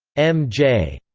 m. j.